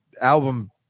album